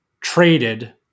traded